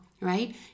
right